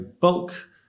bulk